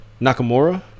Nakamura